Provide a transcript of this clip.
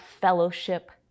fellowship